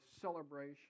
celebration